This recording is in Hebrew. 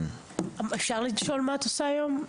אפשר לשאול מה את עושה היום?